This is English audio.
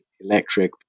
electric